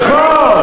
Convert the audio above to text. היא פתחה, נכון,